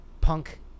punk